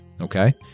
Okay